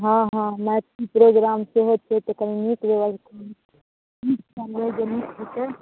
हँ हँ मैथिली प्रोग्राम सेहो छै तऽ कनि नीक जकाँ जे नीक हेतै